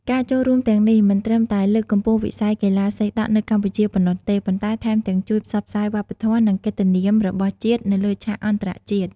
ការចូលរួមទាំងនេះ មិនត្រឹមតែលើកកម្ពស់វិស័យកីឡាសីដក់នៅកម្ពុជាប៉ុណ្ណោះទេ ប៉ុន្តែថែមទាំងជួយផ្សព្វផ្សាយវប្បធម៌ និងកិត្តិនាមរបស់ជាតិនៅលើឆាកអន្តរជាតិ។